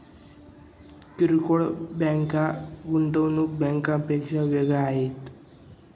किरकोळ बँका गुंतवणूक बँकांपेक्षा वेगळ्या आहेत